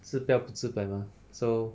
治标不治本 mah so